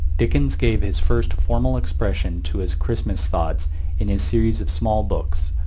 dickens gave his first formal expression to his christmas thoughts in his series of small books,